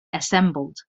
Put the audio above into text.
assembled